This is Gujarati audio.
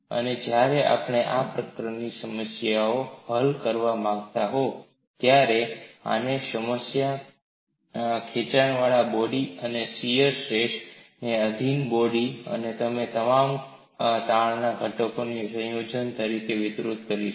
અને જ્યારે આપણે આ પ્રકરણમાં સમસ્યાઓ હલ કરવા માંગતા હો ત્યારે આપણે આને સામાન્ય ખેંચાણવાળા બોડીને શિયર સ્ટ્રેસને આધિન બોડી અને તમામ તાણના ઘટકોના સંયોજન વગેરેને વિસ્તૃત કરીશું